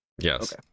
Yes